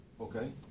Okay